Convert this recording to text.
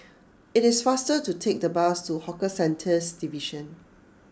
it is faster to take the bus to Hawker Centres Division